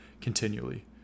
continually